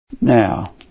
Now